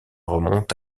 remontent